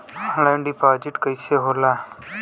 Online deposit कैसे होला?